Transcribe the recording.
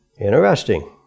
Interesting